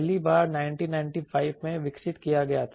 पहली बार 1995 में विकसित किया गया था